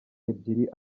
ebyiri